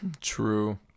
True